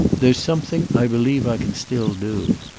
there's something i believe i can still do.